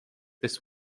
this